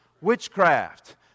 Witchcraft